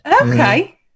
Okay